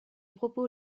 propos